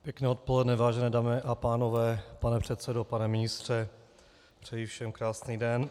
Pěkné odpoledne, vážené dámy a pánové, pane předsedo, pane ministře, přeji všem krásný den.